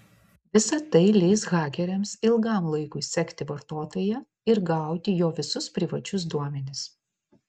visa tai leis hakeriams ilgam laikui sekti vartotoją ir gauti jo visus privačius duomenis